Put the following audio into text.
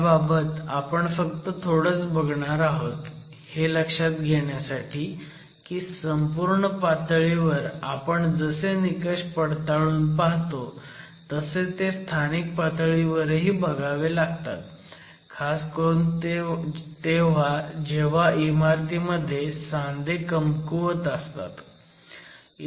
ह्याबाबद्दल आपण फक्त थोडंच बघणार आहोत हे लक्षात घेण्यासाठी की संपूर्ण पातळीवर आपण जसे निकष पडताळून पाहतो तसे ते स्थानिक पातळीवरही बघावे लागतात खास करून जेव्हा इमारतीमध्ये सांधे कमकुवत असतात